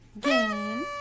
game